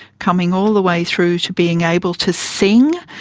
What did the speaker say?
coming all the way through to being able to sing,